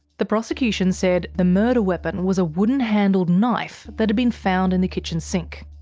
the prosecution said the murder weapon was a wooden handled knife that had been found in the kitchen sink.